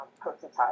prototype